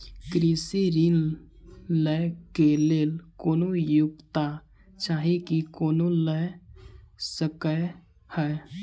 कृषि ऋण लय केँ लेल कोनों योग्यता चाहि की कोनो लय सकै है?